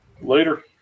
Later